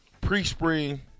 Pre-spring